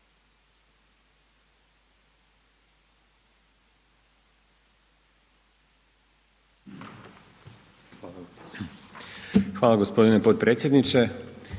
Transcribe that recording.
Hvala poštovani potpredsjedniče.